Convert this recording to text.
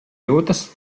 jūtas